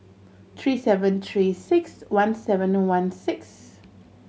three seven Three Six One seven one six